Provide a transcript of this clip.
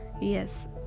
Yes